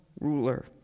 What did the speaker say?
ruler